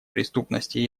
преступности